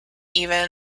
even